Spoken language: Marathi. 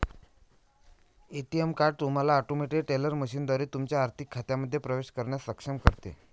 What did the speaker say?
ए.टी.एम कार्ड तुम्हाला ऑटोमेटेड टेलर मशीनद्वारे तुमच्या आर्थिक खात्यांमध्ये प्रवेश करण्यास सक्षम करते